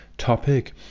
Topic